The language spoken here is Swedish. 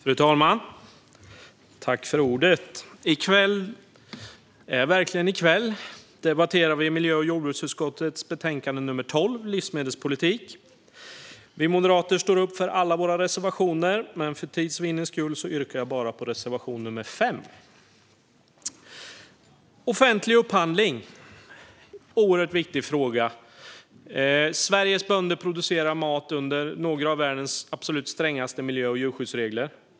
Fru talman! I kväll - för nu är det verkligen kväll - debatterar vi miljö och jordbruksutskottets betänkande nr 12, Livsmedelspolitik . Vi moderater står upp för alla våra reservationer, men för tids vinnande yrkar jag bifall bara till reservation nr 5. Offentlig upphandling är en oerhört viktig fråga. Sveriges bönder producerar mat under några av världens absolut strängaste miljö och djurskyddsregler.